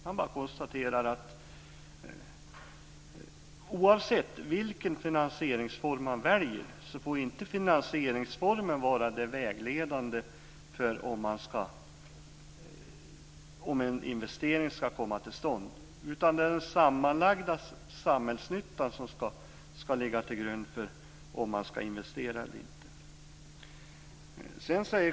Man bara konstaterar att oavsett vilken finansieringsform man väljer får den inte vara vägledande för om en investering ska komma till stånd. Det är den sammanlagda samhällsnyttan som ska ligga till grund för om man ska investera eller inte.